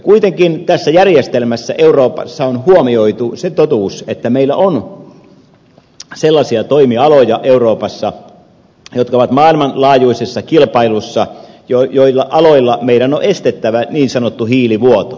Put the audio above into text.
kuitenkin tässä järjestelmässä euroopassa on huomioitu se totuus että meillä on sellaisia toimialoja euroopassa jotka ovat maailmanlaajuisessa kilpailussa joilla aloilla meidän on estettävä niin sanottu hiilivuoto